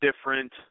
different